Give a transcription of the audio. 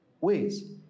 ways